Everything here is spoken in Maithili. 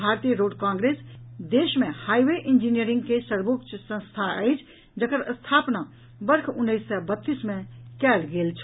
भारतीय रोड कांग्रेस देश मे हाईवे इंजीनियरिंग के सर्वोच्च संस्था अछि जकर स्थापना वर्ष उन्नैस सय बत्तीस मे कयल गेल छल